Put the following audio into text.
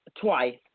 twice